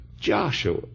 Joshua